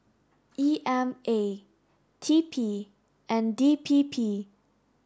E M A T P and D P P